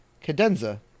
Cadenza